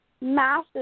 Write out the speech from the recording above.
massive